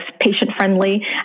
patient-friendly